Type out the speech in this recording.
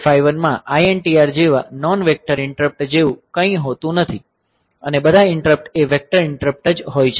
8085 માં INTR જેવા non vector interrupt જેવું કંઈ નથી હોતું અને બધા ઈંટરપ્ટ એ વેક્ટર ઈંટરપ્ટ જ હોય છે